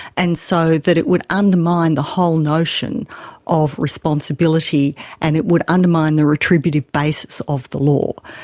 and so that it would undermine the whole notion of responsibility and it would undermine the attributive basis of the law.